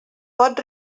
pot